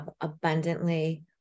abundantly